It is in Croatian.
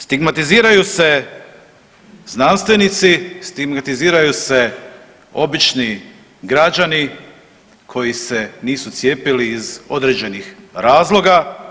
Stigmatiziraju se znanstvenici, stigmatiziraju se obični građani koji se nisu cijepili iz određenih razloga.